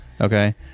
Okay